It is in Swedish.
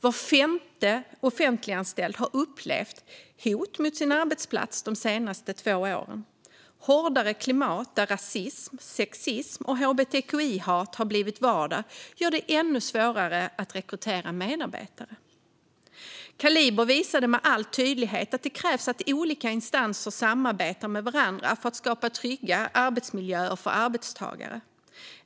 Var femte offentliganställd har upplevt hot mot sin arbetsplats de senaste två åren. Ett hårdare klimat där rasism, sexism och hbtqi-hat har blivit vardag gör det ännu svårare att rekrytera medarbetare. Kaliber visade med all tydlighet att det krävs att olika instanser samarbetar med varandra för att skapa trygga arbetsmiljöer för arbetstagare.